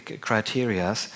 criteria